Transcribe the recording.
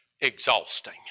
exhausting